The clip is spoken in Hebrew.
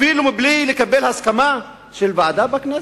אפילו מבלי לקבל הסכמה של ועדה בכנסת?